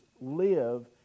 live